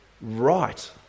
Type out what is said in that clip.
right